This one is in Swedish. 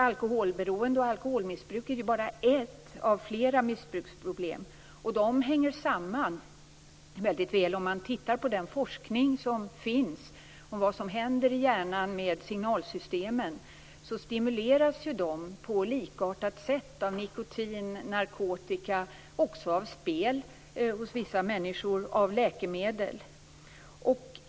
Alkoholberoende och alkoholmissbruk är ju bara ett av flera missbruksproblem, och de hänger samman väldigt väl. Enligt den forskning som finns om vad som händer i hjärnan stimuleras signalsystemen på likartat sätt av nikotin, narkotika, spel och hos vissa människor läkemedel.